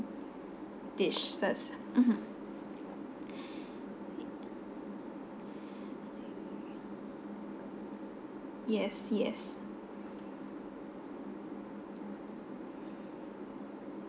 dishes mmhmm yes yes